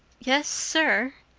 yes, sir,